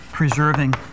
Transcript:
Preserving